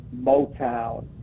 Motown